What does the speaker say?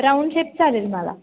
round shape चालेल मला